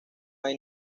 hay